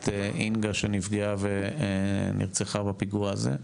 את אינגה שנפגעה ונרצחה בפיגוע הזה,